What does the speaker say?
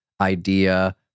idea